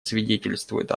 свидетельствует